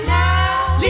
now